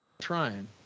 Trying